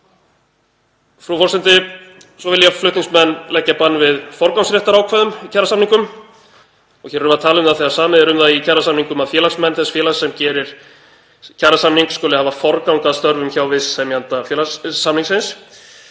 Frú forseti. Svo vilja flutningsmenn leggja bann við forgangsréttarákvæðum í kjarasamningum. Hér erum við að tala um þegar samið er um það í kjarasamningum að félagsmenn þess félags sem gerir kjarasamning skuli hafa forgang að störfum hjá viðsemjanda félagssamningsins.